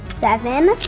seven,